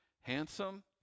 handsome